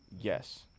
Yes